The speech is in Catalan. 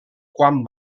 quan